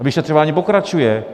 A vyšetřování pokračuje.